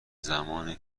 زمان